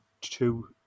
Two